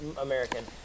American